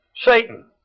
Satan